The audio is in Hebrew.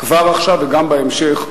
כבר עכשיו וגם בהמשך,